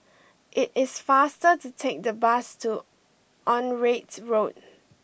it is faster to take the bus to Onraet Road